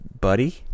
buddy